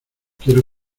quiero